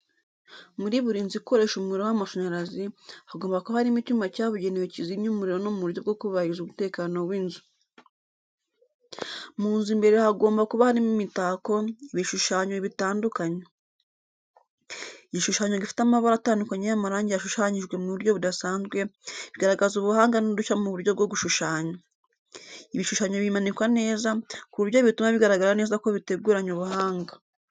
Muri buri nzu ikoresha umuriro w'amashanyarazi, hagomba kuba harimo icyuma cyabugenewe cyizimya umuriro no mu buryo bwo kubahiriza umutekano w'inzu. Mu nzu imbere hagomba kuba harimo imitako, ibishushanyo bitandukanye. Igishushanyo gifite amabara atandukanye y'amarangi yashushanyijwe mu buryo budasanzwe, bigaragaza ubuhanga n’udushya mu buryo bwo gushushanya. Ibishushanyo bimanikwa neza, ku buryo butuma bigaragara neza ko biteguranye ubuhanga.